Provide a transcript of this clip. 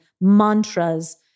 mantras